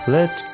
Let